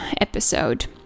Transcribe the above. episode